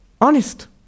Honest